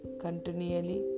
continually